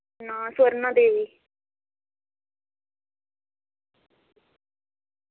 नां स्वर्णा देवी